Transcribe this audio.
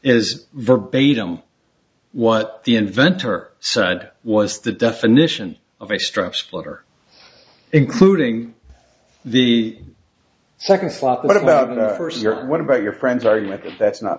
is verbatim what the inventor side was the definition of a strap splitter including the second slot what about our first your what about your friends argument that that's not